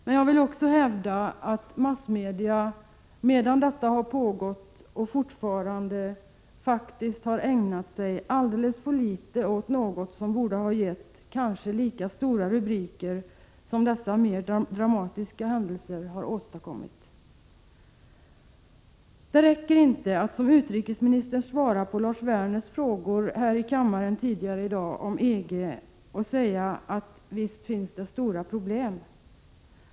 Men jag vill hävda att massmedia, medan detta har pågått och fortfarande, faktiskt har ägnat sig alldeles för litet åt något som borde ha gett kanske lika stora rubriker som dessa mer dramatiska händelser. Det räcker inte att som utrikesministern gjorde i kammaren tidigare i dag, nämligen svara på Lars Werners frågor om EG genom att säga, att visst finns det stora problem.